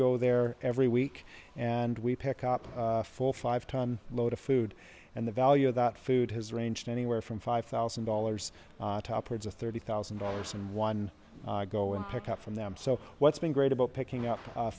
go there every week and we pick up a full five ton load of food and the value of that food has ranged anywhere from five thousand dollars top herds of thirty thousand dollars in one go and pick up from them so what's been great about picking up